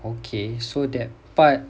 okay so that part